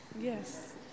Yes